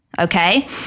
Okay